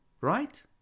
Right